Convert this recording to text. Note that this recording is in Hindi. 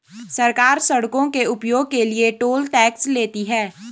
सरकार सड़कों के उपयोग के लिए टोल टैक्स लेती है